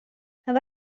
have